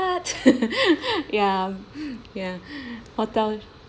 what ya ya hotel